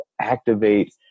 activate